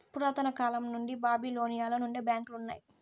పురాతన కాలం నుండి బాబిలోనియలో నుండే బ్యాంకులు ఉన్నాయి